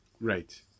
Right